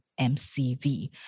MCV